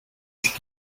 fish